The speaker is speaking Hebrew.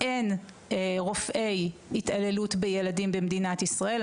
אין רופאי התעללות בילדים במדינת ישראל.